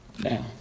Now